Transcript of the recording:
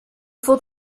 for